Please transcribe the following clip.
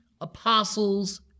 apostles